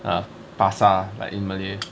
uh pasar like in malay